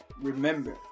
remember